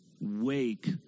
wake